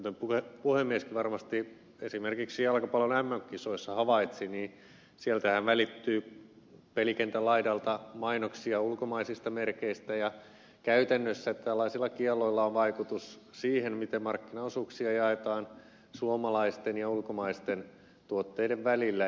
kuten puhemieskin varmasti esimerkiksi jalkapallon mm kisoissa havaitsi niin sieltähän välittyi pelikentän laidalta mainoksia ulkomaisista merkeistä ja käytännössä tällaisilla kielloilla on vaikutus siihen miten markkinaosuuksia jaetaan suomalaisten ja ulkomaisten tuotteiden välillä